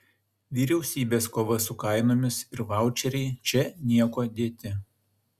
vyriausybės kova su kainomis ir vaučeriai čia niekuo dėti